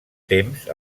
temps